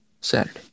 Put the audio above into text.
Saturday